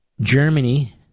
Germany